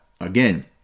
again